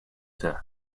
death